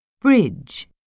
Bridge